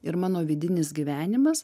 ir mano vidinis gyvenimas